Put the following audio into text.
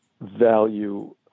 value